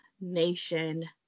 nation